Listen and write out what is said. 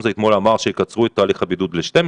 פרופ' גמזו אתמול אמר שיקצרו את תהליך הבידוד ל-12